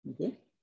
okay